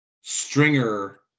Stringer